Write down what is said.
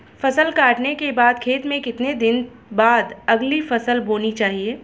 फसल काटने के बाद खेत में कितने दिन बाद अगली फसल बोनी चाहिये?